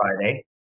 friday